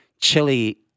chili